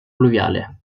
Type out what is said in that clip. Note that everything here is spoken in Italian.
pluviale